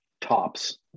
tops